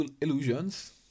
illusions